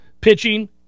pitching